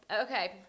okay